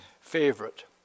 favorite